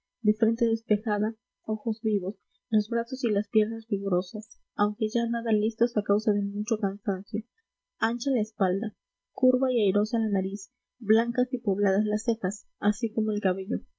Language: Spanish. de frente despejada ojos vivos los brazos y las piernas vigorosas aunque ya nada listos a causa del mucho cansancio ancha la espalda curva y airosa la nariz blancas y pobladas las cejas así como el cabello